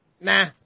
Nah